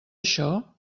això